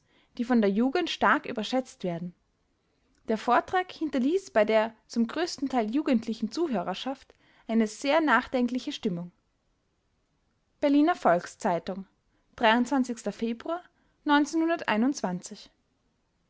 die von der jugend stark überschätzt werden der vortrag hinterließ bei der zum größten teil jugendlichen zuhörerschaft eine sehr nachdenkliche stimmung berliner volks-zeitung februar